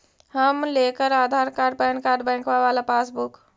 हम लेकर Aadhaar card PAN card बैंकवा वाला पासबुक?